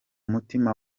mutima